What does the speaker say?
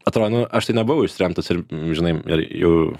atrodo nu aš tai nebuvau ištremtas ir žinai ir jau